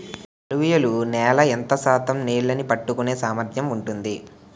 అలువియలు నేల ఎంత శాతం నీళ్ళని పట్టుకొనే సామర్థ్యం ఉంటుంది?